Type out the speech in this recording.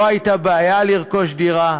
לא הייתה בעיה לרכוש דירה,